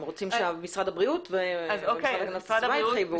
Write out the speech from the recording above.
הם רוצים שמשרד הבריאות והמשרד להגנת הסביבה יתחייבו.